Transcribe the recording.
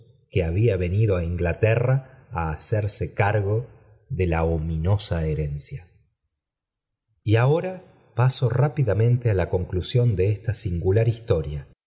que había venido á glaterra á hacerse cargo de la ominosa herencia y ahora paso rápidamente á la conclusión esta singular historia